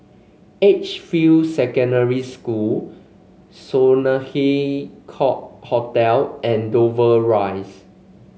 Edgefield Secondary School Sloane Court Hotel and Dover Rise